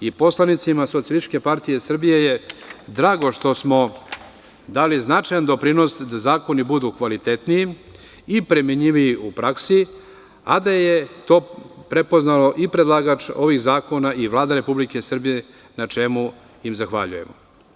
i poslanicima SPS je drago što smo dali značajan doprinos da zakoni budu kvalitetniji i primenljiviji u praksi, a da je to prepoznao i predlagač ovih zakona i Vlada Republike Srbije, na čemu im zahvaljujemo.